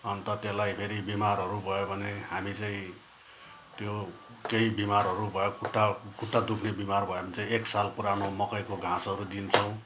अन्त त्यसलाई फेरि बिमारहरू भयो भने हामी चाहिँ त्यो केही बिमारहरू भयो खुट्टा खुट्टा दुख्ने बिमार भयो भने चाहिँ एक साल पुरानो मकैको घाँसहरू दिन्छौँ